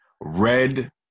Red